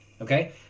Okay